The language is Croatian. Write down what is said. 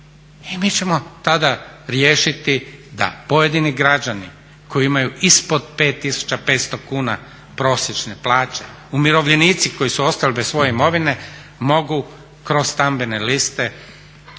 i mi ćemo tada riješiti da pojedini građani koji imaju ispod 5.500 kuna prosječne plaće, umirovljenici koji su ostali bez svoje imovine mogu kroz stambene liste,